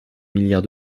milliards